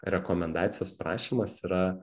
rekomendacijos prašymas yra